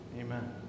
Amen